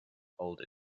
older